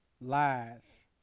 lies